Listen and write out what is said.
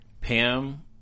Pam